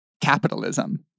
capitalism